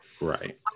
Right